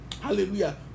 Hallelujah